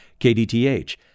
KDTH